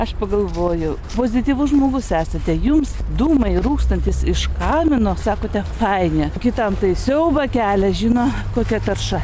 aš pagalvojau pozityvus žmogus esate jums dūmai rūkstantys iš kamino sakote faini kitam tai siaubą kelia žino kokia tarša